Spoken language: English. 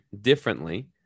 differently